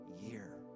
year